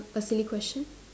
a silly question